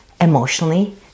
emotionally